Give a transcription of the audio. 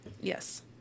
Yes